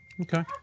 Okay